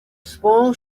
small